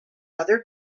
other